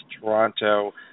Toronto